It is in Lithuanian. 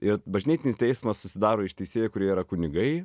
ir bažnytinis teismas susidaro iš teisėjų kurie yra kunigai